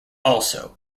also